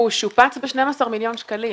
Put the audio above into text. הוא שופץ ב-12 מיליון שקלים,